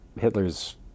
Hitler's